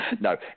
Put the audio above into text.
no